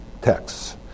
texts